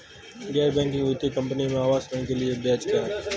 गैर बैंकिंग वित्तीय कंपनियों में आवास ऋण के लिए ब्याज क्या है?